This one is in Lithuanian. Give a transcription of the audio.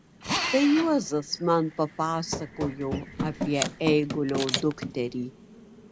tai juozas man papasakojo apie eigulio dukterį